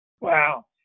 Wow